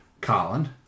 Colin